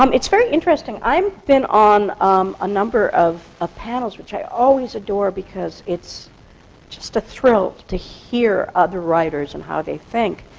um it's very interesting. i've been on um a number of ah panels, which i always adore, because it's just a thrill to hear other writers and how they think.